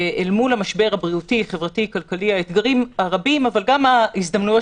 ואל מול המשבר הבריאותי-חברתי-כלכלי האתגרים הרבים אבל גם ההזדמנויות